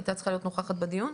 בוקר טוב.